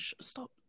Stop